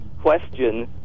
question